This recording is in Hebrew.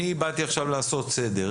אני באתי עכשיו לעשות סדר.